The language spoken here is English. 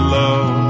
love